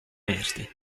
erdi